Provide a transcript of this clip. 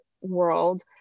world